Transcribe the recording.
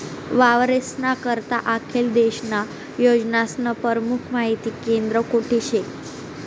वावरेस्ना करता आखेल देशन्या योजनास्नं परमुख माहिती केंद्र कोठे शे?